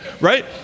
right